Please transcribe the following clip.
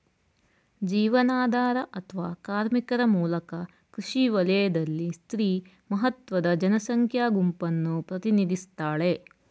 ಜೀವನಾಧಾರ ಅತ್ವ ಕಾರ್ಮಿಕರ ಮೂಲಕ ಕೃಷಿ ವಲಯದಲ್ಲಿ ಸ್ತ್ರೀ ಮಹತ್ವದ ಜನಸಂಖ್ಯಾ ಗುಂಪನ್ನು ಪ್ರತಿನಿಧಿಸ್ತಾಳೆ